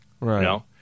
Right